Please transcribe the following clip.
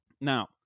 Now